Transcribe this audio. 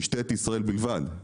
משטרת ישראל בלבד,